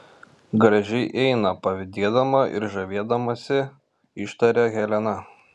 gražiai eina pavydėdama ir žavėdamasi ištarė helena